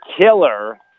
killer